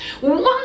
one